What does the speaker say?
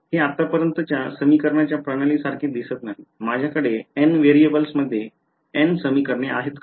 हे आतापर्यंतच्या समीकरणाच्या प्रणालीसारखे दिसत नाही माझ्याकडे n व्हेरिएबल्समध्ये n समीकरणे आहेत का